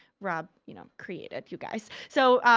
rob you know created, you guys. so,